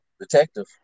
detective